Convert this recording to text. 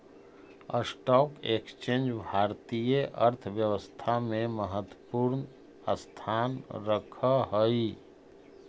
stock exchange भारतीय अर्थव्यवस्था में महत्वपूर्ण स्थान रखऽ हई